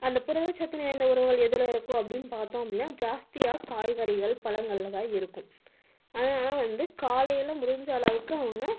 அந்த புரதச்சத்து நிறைந்த உணவுகள் எதில் இருக்கும் அப்படீன்னு பார்த்தோம் அப்படீன்னா ஜாஸ்தியாக காய்கறிகள் பழங்களில் தான் இருக்கும் அதனால் தான் வந்து காலையில் முடிஞ்ச அளவுக்கு அவங்க